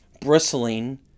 bristling